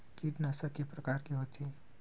कीटनाशक के प्रकार के होथे?